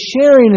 sharing